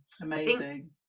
Amazing